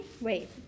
wait